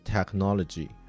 Technology